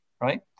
right